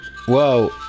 whoa